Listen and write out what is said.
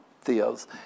Theo's